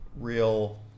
real